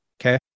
Okay